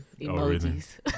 emojis